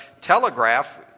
telegraph